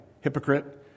Hypocrite